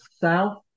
south